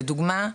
לדוגמה,